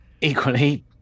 equally